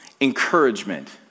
Encouragement